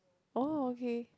oh okay